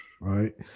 Right